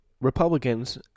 Republicans